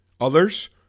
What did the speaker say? Others